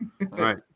Right